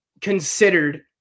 considered